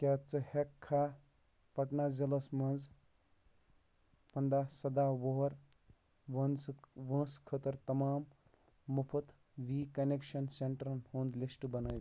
کیٛاہ ژٕ ہٮ۪ککھا پَٹنہ ضِلَس منٛز پنٛداہ سَداہ وُہُر وٲنسہٕ وٲنٛسہِ خٲطٕر تَمام مُفُت وی کَنٮ۪کشَن سٮ۪نٹرٛن ہُنٛد لِسٹ بنٲ